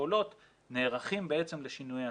האשכולות נערכים בעצם לשינויי אקלים,